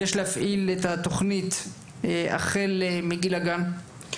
יש להפעיל את התוכנית החל מגיל הגן.